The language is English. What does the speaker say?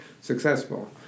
successful